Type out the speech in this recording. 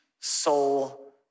soul